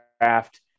draft